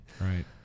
right